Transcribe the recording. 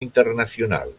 internacional